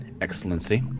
Excellency